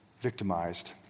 victimized